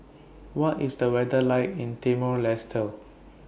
What IS The weather like in Timor Leste